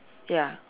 ya